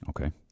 Okay